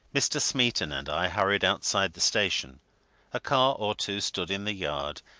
mr. smeaton and i hurried outside the station a car or two stood in the yard,